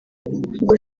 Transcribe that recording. ubwo